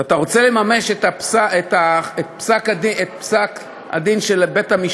ואתה רוצה לממש את פסק-הדין של בית-המשפט,